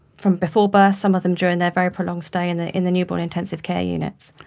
from before birth, some of them during their very prolonged stay in the in the newborn intensive care units.